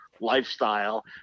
lifestyle